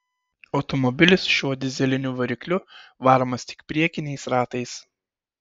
automobilis su šiuo dyzeliniu varikliu varomas tik priekiniais ratais